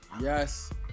Yes